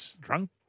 drunk